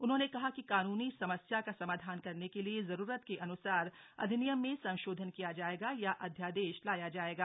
उन्होंने कहा कि कानूनी समस्या का समाधान करने के लिए जरूरत के अन्सार अधिनियम में संशोधन किया जायेगा या अध्यादेश लाया जायेगा